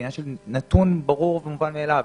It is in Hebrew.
זה עניין של נתון ברור ומובן מאליו.